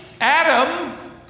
adam